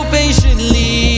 patiently